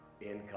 income